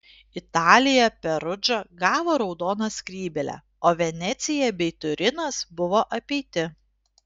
italija perudža gavo raudoną skrybėlę o venecija bei turinas buvo apeiti